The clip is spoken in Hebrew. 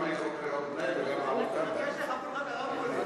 גם לקרוא קריאות גנאי וגם לעמוד כאן באמצע?